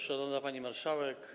Szanowna Pani Marszałek!